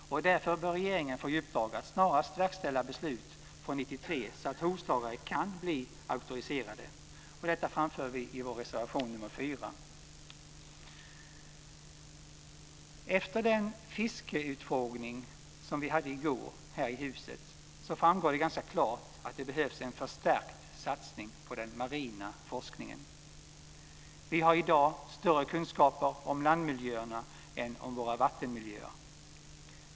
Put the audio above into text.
Därför bör regeringen få i uppdrag att snarast verkställa beslutet från 1993 så att hovslagare kan bli auktoriserade. Detta framför vi i vår reservation nr 4. Efter den fiskeutfrågning som vi hade här i Riksdagshuset i går framgår det ganska klart att det behövs en förstärkt satsning på den marina forskningen. Vi har i dag större kunskaper om landsmiljöerna än om våra vattenmiljöer.